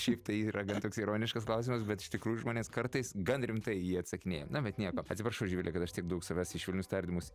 šiaip tai yra toks ironiškas klausimas bet iš tikrųjų žmonės kartais gan rimtai į jį atsakinėja na bet nieko atsiprašau živile kad aš tiek daug savęs į švelnius tardymus